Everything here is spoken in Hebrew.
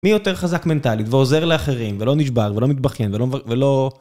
מי יותר חזק מנטלית, ועוזר לאחרים, ולא נשבר, ולא מתבכיין, ולא, ולא...